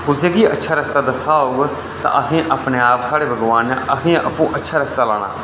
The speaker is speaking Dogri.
कुसैगी अच्छा रस्ता दस्से दा होग असेंगी अपने आप साढ़े भगवान नै अच्छे रस्ते लाना